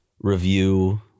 review